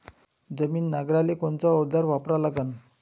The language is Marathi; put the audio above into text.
जमीन नांगराले कोनचं अवजार वापरा लागन?